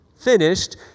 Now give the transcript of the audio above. finished